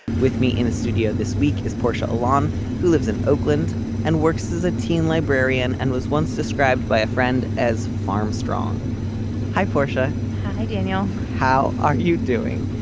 with me in the studio this week is portia alon who lives in oakland and works as a teen librarian and was once described by a friend as farm strong hi portia. hi daniel. how are you doing.